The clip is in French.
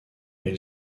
elle